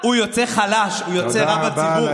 הוא יוצא חלש, הוא יוצא רע בציבור.